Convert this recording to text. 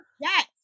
Yes